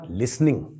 listening